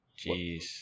Jeez